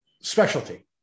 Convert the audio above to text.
specialty